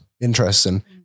Interesting